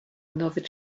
another